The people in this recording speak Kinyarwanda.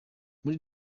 muri